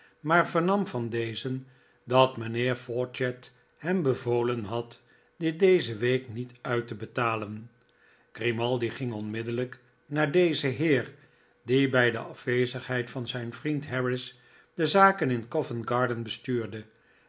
maar vernam van dezen dat mijnheer fawcett hem bevolen had dit deze week niet uit te betalen grimaldi ging onmiddellijk naar dezen heer die bij de afwezigheid van zijn vriend harris de zaken in covent garden bestuurde